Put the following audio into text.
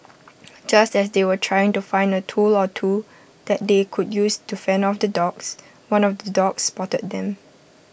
just as they were trying to find A tool or two that they could use to fend off the dogs one of the dogs spotted them